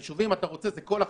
היישובים, אתה רוצה, זה כל ה-50,